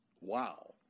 Wow